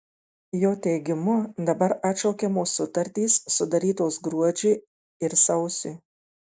jo teigimu dabar atšaukiamos sutartys sudarytos gruodžiui ir sausiui